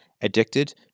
addicted